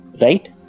right